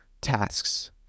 tasks